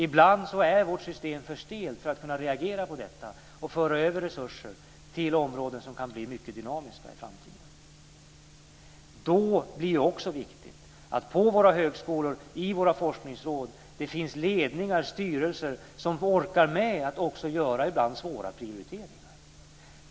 Ibland är vårt system för stelt för att kunna reagera på detta och föra över resurser till områden som kan bli mycket dynamiska i framtiden. Då blir det också viktigt att det på våra högskolor och i våra forskningsråd finns ledningar och styrelser som orkar med att ibland göra svåra prioriteringar.